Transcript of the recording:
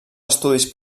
estudis